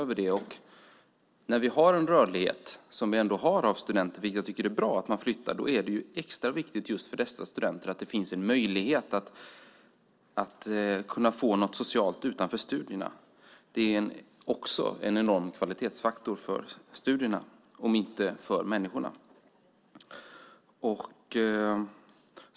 Vi har en rörlighet över landet bland studenter, vilket är bra. Då är det extra viktigt att det finns en möjlighet att få ett socialt liv utanför studierna. Det är en enorm kvalitetsfaktor för såväl studierna som människorna.